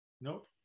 Nope